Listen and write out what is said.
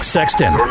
Sexton